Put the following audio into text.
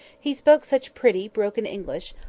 he spoke such pretty broken english,